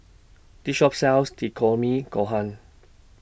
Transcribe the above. This Shop sells Gohan